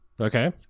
Okay